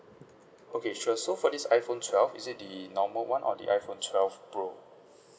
okay sure so for this iphone twelve is it the normal one or the iphone twelve pro